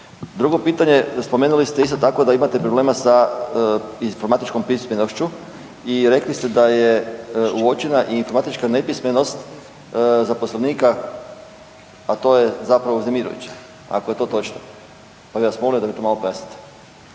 Drugo pitanje, spomenuli ste isto tako da imate problema sa informatičkom pismenošću i rekli ste da je uočena i informatička nepismenost zaposlenika, a to je zapravo uznemirujuće ako je to točno, pa bih molio da mi to malo pojasnite.